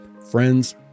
friends